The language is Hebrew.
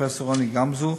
פרופסור רוני גמזו,